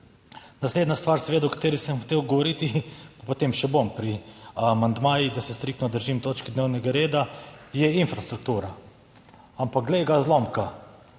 Naslednja stvar seveda, o kateri sem hotel govoriti, pa potem še bom pri amandmajih, da se striktno držim točke dnevnega reda, je infrastruktura, ampak glej ga zlomka,